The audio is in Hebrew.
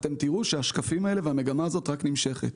אתם תראו שהשקפים האלה והמגמה הזאת רק נמשכת.